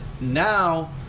Now